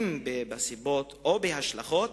הן בסיבות והן בהשלכות,